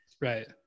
right